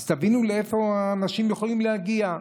אז תבינו לאיפה האנשים יכולים להגיע.